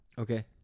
Okay